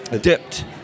dipped